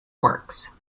works